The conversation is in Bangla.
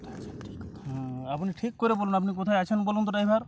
আপনি ঠিক করে বলুন আপনি কোথায় আছেন বলুন তো ড্রাইভার